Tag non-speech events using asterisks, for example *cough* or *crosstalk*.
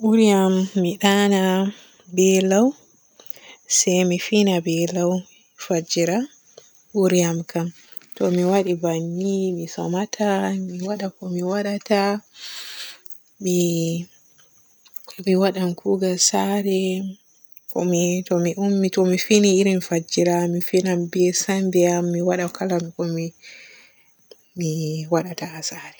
*noise* Buri am mi ndana be lau se mi fina be lau fajjira buri am kam. To mi waadai banni mi soomata mi waada ko mi waadata. Mi mi waadan kuugal saare ko mi to mi fini irin fajjira mi finan be semmbe am mi waada kala ko mi mi waadata haa saare.